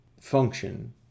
function